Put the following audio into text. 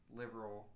liberal